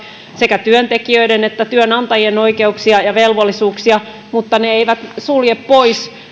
sekä työntekijöiden että työnantajien oikeuksia ja velvollisuuksia mutta ne eivät sulje pois